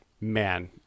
Man